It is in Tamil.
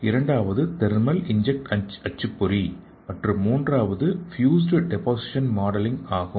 இரண்டாவது தெர்மல் இன்க்ஜெட் அச்சுப்பொறி மற்றும் மூன்றாவது பியூஸ்ட் டெபோசிஷன் மாடலிங் ஆகும்